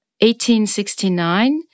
1869